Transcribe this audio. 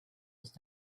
was